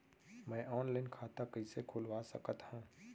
मैं ऑनलाइन खाता कइसे खुलवा सकत हव?